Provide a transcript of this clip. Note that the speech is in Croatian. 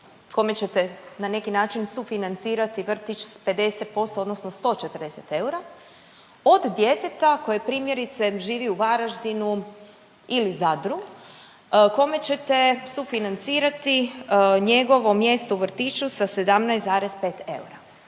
kome ćete, na neki način sufinancirati vrtić s 50% odnosno 140 eura, od djeteta koje, primjerice, živi u Varaždinu ili Zadru, kome ćete sufinancirati njegovo mjesto u vrtiću sa 17,5 eura?